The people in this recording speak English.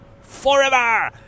forever